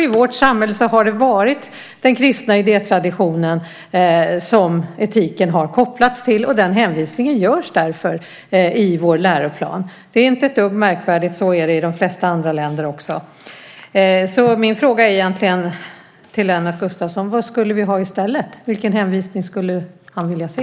I vårt samhälle har det varit den kristna idétraditionen som etiken har kopplats till, och den hänvisningen görs därför i vår läroplan. Det är inte ett dugg märkvärdigt. Så är det i de flesta andra länder också. Så min fråga till Lennart Gustavsson är egentligen: Vad skulle vi ha i stället? Vilken hänvisning skulle han vilja se?